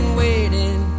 waiting